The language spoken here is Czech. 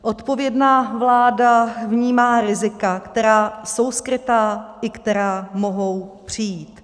Odpovědná vláda vnímá rizika, která jsou skrytá i která mohou přijít.